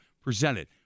presented